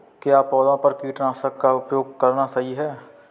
क्या पौधों पर कीटनाशक का उपयोग करना सही है?